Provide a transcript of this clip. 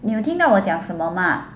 你听到我讲什么吗